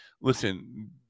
listen